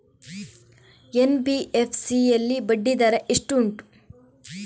NBFC ಯಲ್ಲಿ ಬಡ್ಡಿ ದರ ಎಷ್ಟು ಉಂಟು?